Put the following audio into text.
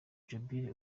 jubilee